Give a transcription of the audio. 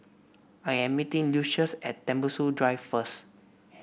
I am meeting Lucious at Tembusu Drive first